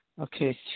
Okay